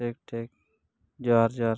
ᱴᱷᱤᱠ ᱴᱷᱤᱠ ᱡᱚᱦᱟᱨ ᱡᱚᱦᱟᱨ